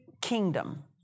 kingdom